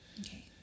Okay